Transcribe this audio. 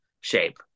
shape